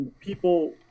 people